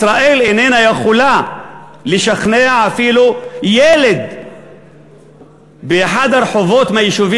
ישראל איננה יכולה לשכנע אפילו ילד באחד הרחובות מהיישובים